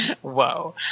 whoa